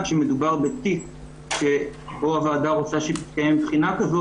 שמדובר בתיק שבו הוועדה רוצה שתתקיים בחינה כזו,